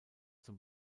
zum